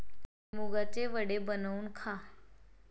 मुगाचे वडे बनवून खा